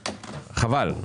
חבל.